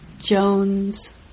Jones